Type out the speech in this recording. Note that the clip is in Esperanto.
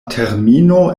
termino